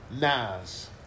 Nas